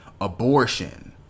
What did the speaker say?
Abortion